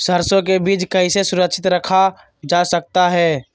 सरसो के बीज कैसे सुरक्षित रखा जा सकता है?